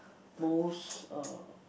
most uh